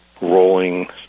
rolling